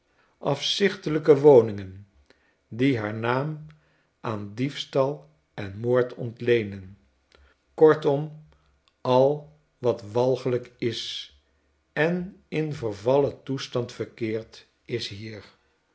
afzichtelijke woningen die haar naam aan diefstal en moord ontleenen kortom al wat walglijk is en in vervallen toestand verkeert is hier